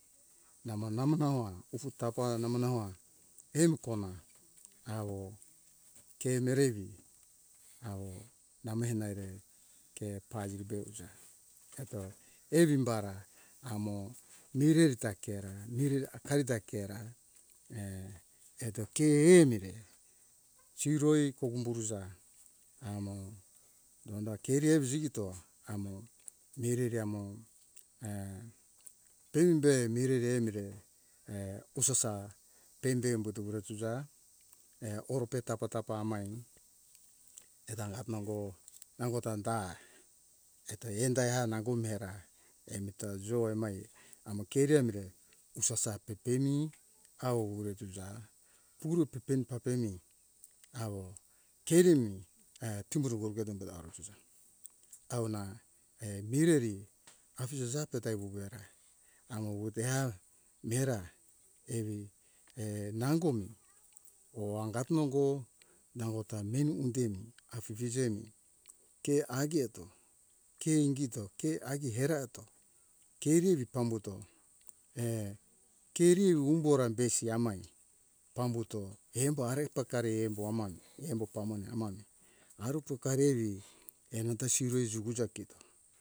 Namanama nawa ufu tapa nama nawa emu kona awo ke merevi awo namehena ere ke paziri be usa eto evimbara amo mireri ta kera mire hakarita kera eto ke mire siroi kombo uza amo donda kevi evi jivito amo merere amo pembe mirere emire e kusasa pembe umbuto ura suza e orope tapa tapa maim eto hangat nongo nangota da eto anda ha nango miera emi ta joe mai amo keri amure usasa pepemi awo uretusuza puruta pepemi papemi awo keri mi e tumbuda vambeda aro ususa awona e mireri afize jape ta wowoera amo wotea mera evi nangomi or angat nongo nangota meni undemi afifi jemi ke hangeto ke ingito ke agi herato keriri pambuto keriru umbora besi amai pambuto embo hare pakare embo aman embo pamone aman aru pokariri anuta siro siuja kito